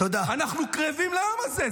אנחנו קרבים ליום זה.